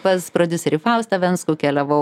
pas prodiuserį faustą venckų keliavau